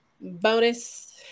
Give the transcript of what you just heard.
Bonus